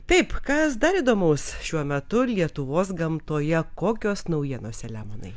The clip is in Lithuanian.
taip kas dar įdomaus šiuo metu lietuvos gamtoje kokios naujienos selemonai